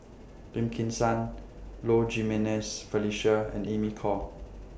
Lim Kim San Low Jimenez Felicia and Amy Khor